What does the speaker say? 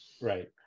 Right